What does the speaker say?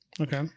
Okay